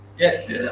Yes